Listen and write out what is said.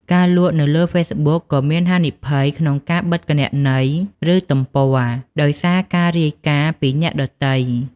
ការលក់នៅលើហ្វេសប៊ុកក៏មានហានិភ័យក្នុងការបិទគណនីឬទំព័រដោយសារការរាយការណ៍ពីអ្នកដទៃ។